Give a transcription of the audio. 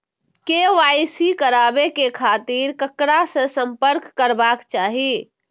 KYC कराबे के खातिर ककरा से संपर्क करबाक चाही?